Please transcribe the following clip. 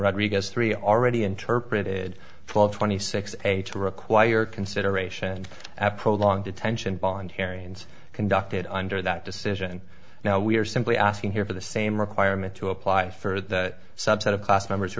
rodriguez three already interpreted twelve twenty six eight to require consideration after prolonged detention voluntary and conducted under that decision now we are simply asking here for the same requirement to apply for that subset of class members who